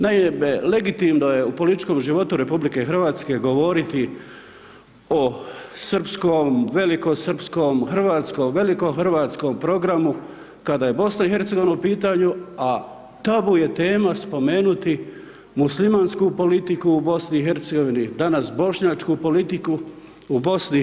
Naime, legitimno je u političkom životu RH govoriti o srpskom, velikosrpskom, hrvatskom, velikohrvatskom programu kada je BiH u pitanju, a tabu je tema spomenuti muslimansku politiku u BiH, danas bošnjačku politiku u BiH.